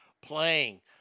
playing